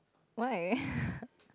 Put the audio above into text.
why